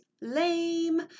Lame